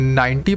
90%